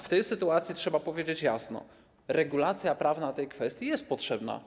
W tej sytuacji trzeba powiedzieć jasno: regulacja prawna tej kwestii jest potrzebna.